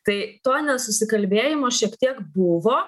tai to nesusikalbėjimo šiek tiek buvo